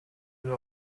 oder